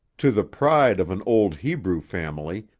to the pride of an old hebrew family,